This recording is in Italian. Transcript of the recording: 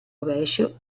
rovescio